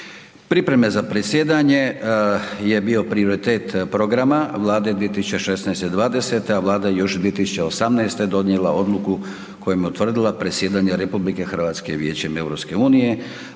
Pripreme za predsjedanje je bio prioritet programa Vlade 2016. – '20., a Vlada je još 2018. donijela odluku kojom je utvrdila predsjedanje RH Vijećem EU,